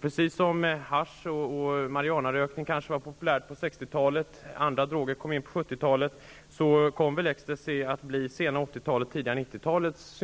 Precis som hasch och marijuanarökning var populärt på 60-talet och andra droger kom in på 70-talet, kom ecstacy att bli det sena 80-talets och det tidiga 90-talets